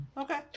Okay